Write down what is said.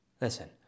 listen